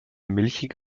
milchig